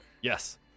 Yes